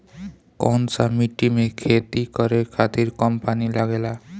कौन सा मिट्टी में खेती करे खातिर कम पानी लागेला?